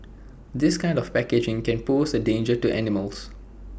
this kind of packaging can pose A danger to animals